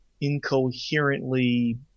incoherently